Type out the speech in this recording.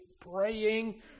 praying